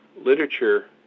literature